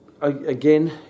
again